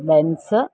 Benz